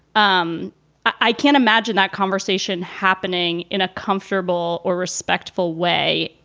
um i can't imagine that conversation happening in a comfortable or respectful way.